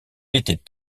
était